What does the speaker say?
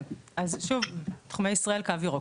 כן, אז שוב, תחומי ישראל, קו ירוק.